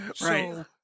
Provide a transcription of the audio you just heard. Right